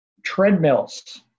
treadmills